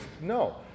No